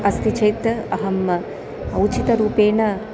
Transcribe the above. अस्ति चेत् अहम् उचितरूपेण